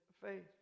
faith